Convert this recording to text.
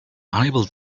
unable